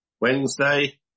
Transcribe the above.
Wednesday